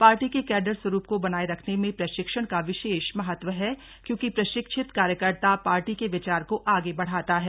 party के cadre स्वरूप को बनाए रखने में प्रशिक्षण का विशेष महत्व है क्योंकि प्रशिक्षित कार्यकर्ता पार्टी के विचार को आगे बढ़ाता है